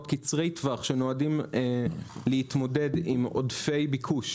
קצרי טווח שנועדים להתמודד עם עודפי ביקוש,